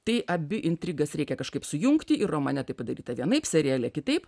tai abi intrigas reikia kažkaip sujungti ir romane tai padaryta vienaip seriale kitaip